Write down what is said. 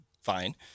fine